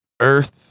earth